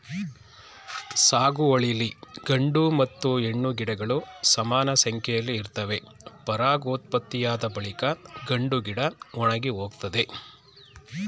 ಸಾಗುವಳಿಲಿ ಗಂಡು ಮತ್ತು ಹೆಣ್ಣು ಗಿಡಗಳು ಸಮಾನಸಂಖ್ಯೆಲಿ ಇರ್ತವೆ ಪರಾಗೋತ್ಪತ್ತಿಯಾದ ಬಳಿಕ ಗಂಡುಗಿಡ ಒಣಗಿಹೋಗ್ತದೆ